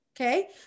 okay